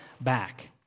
back